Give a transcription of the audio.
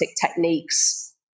techniques